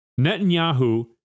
Netanyahu